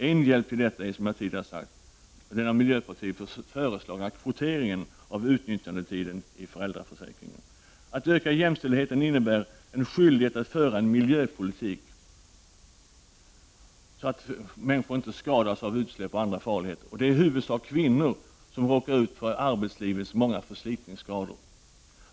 En hjälp i det sammanhanget är, som jag tidigare har sagt, den av miljöpartiet föreslagna kvoteringen av utnyttjandetiden i föräldraförsäkringen. Att öka jämställdheten innebär en skyldighet att föra en miljöpolitik som är av det slaget att människor inte skadas av utsläpp och andra farligheter. Det är i huvudsak kvinnor som råkar ut för de många förslitningsskadorna i arbetslivet.